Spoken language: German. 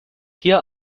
hier